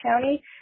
County